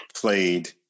played